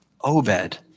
Obed